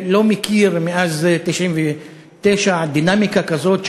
לא מכיר מאז 1999 דינמיקה כזאת,